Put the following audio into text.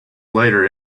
later